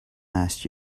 last